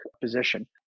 position